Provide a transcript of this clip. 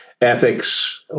ethics